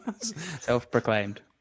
Self-proclaimed